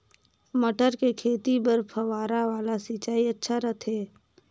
मटर के खेती बर फव्वारा वाला सिंचाई अच्छा रथे?